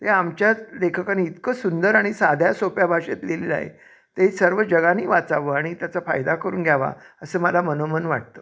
हे आमच्याच लेखकांनी इतकं सुंदर आणि साध्या सोप्या भाषेत लिहिलेलं आहे ते सर्व जगाने वाचावं आणि त्याचा फायदा करून घ्यावा असं मला मनोमन वाटतं